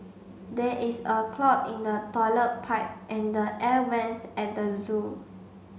there is a clog in the toilet pipe and the air vents at the zoo